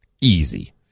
easy